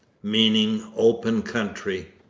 meaning open country.